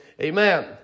Amen